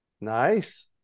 nice